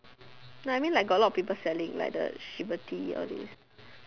like I mean like got a lot of people selling like the Shiberty all this